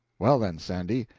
well, then, sandy,